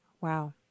Wow